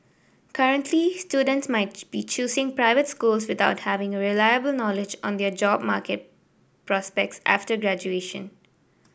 currently students might be choosing private schools without having a reliable knowledge on their job market prospects after graduation